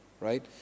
right